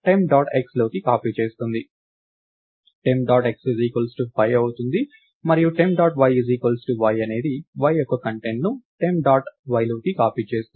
temp dot x 5 అవుతుంది మరియు temp dot y y అనేది y యొక్క కంటెంట్ను టెంప్ డాట్ y లోకి కాపీ చేస్తుంది